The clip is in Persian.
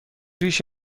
ریش